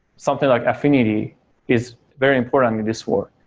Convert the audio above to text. something like affinity is very important in this work.